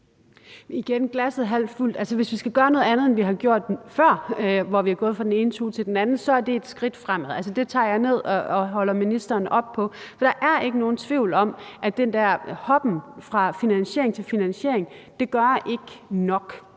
Hvis vi skal gøre noget andet, end vi har gjort før, hvor vi har hoppet fra den ene tue til den anden, så er det et skridt fremad. Det tager jeg ned og holder ministeren op på. Der er ikke nogen tvivl om, at den her hoppen fra finansiering til finansiering ikke gør